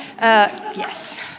Yes